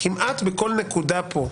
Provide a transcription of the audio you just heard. כמעט בכל נקודה פה.